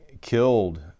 killed